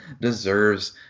deserves